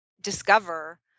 discover